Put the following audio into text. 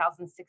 2016